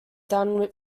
done